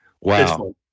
Wow